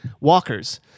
Walkers